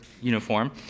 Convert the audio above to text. uniform